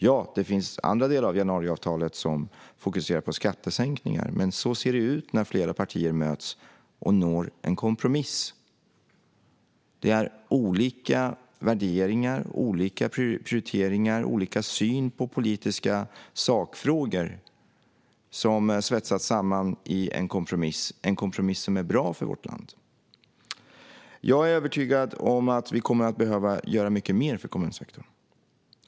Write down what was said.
Ja, det finns andra delar av januariavtalet som fokuserar på skattesänkningar. Men så ser det ut när flera partier möts och når en kompromiss. Det är olika värderingar, olika prioriteringar och olika syn på politiska sakfrågor som svetsats samman i en kompromiss, en kompromiss som är bra för vårt land. Jag är övertygad om att vi kommer att behöva göra mycket mer för kommunsektorn.